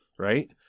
Right